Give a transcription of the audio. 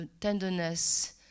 tenderness